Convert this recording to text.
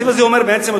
הסעיף הזה אומר בעצם,